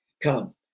come